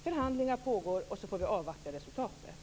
Förhandlingar pågår. Således får vi avvakta resultatet.